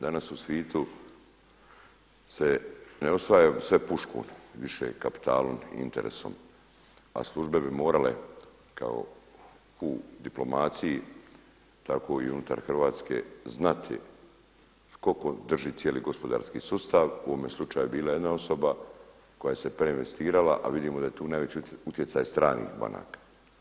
Danas u svitu se ne osvaja sve puškom, više kapitalom i interesom, a službe bi morale kao u diplomaciji, tako i unutar Hrvatske znati tko drži cijeli gospodarski sustav u ovome slučaju je bila jedna osoba koja se preinvestirala, a vidimo da je tu najveći utjecaj stranih banaka.